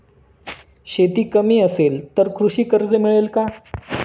शेती कमी असेल तर कृषी कर्ज मिळेल का?